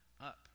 up